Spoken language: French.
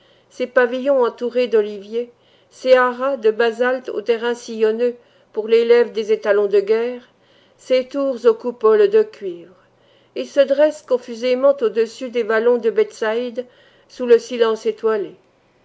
ses pavillons entourés d'oliviers ses haras de basalte aux terrains sillonneux pour l'élève des étalons de guerre ses tours aux coupoles de cuivre il se dresse confusément au-dessus des vallons de bethsaïde sous le silence étoilé